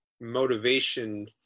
motivation